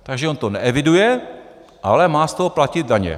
Takže on to neeviduje, ale má z toho platit daně.